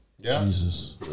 Jesus